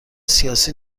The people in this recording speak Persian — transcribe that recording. سیاسی